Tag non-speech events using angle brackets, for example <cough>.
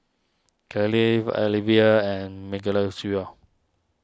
Kathlene Alivia and <unintelligible>